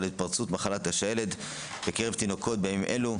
התפרצות מחלת השעלת בקרב תינוקות בימים אלו.